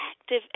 active